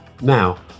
Now